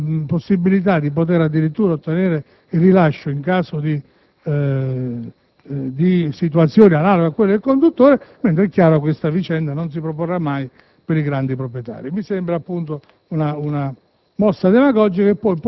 - data ai privati di poter addirittura ottenere il rilascio in caso di situazioni analoghe a quelle del conduttore, mentre è chiaro che questa possibilità non si proporrà mai per i grandi proprietari. Mi sembra appunto una